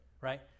right